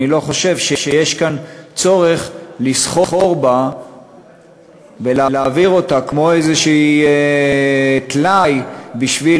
אני לא חושב שיש כאן צורך לסחור בה ולהעביר אותה כמו איזה טלאי בשביל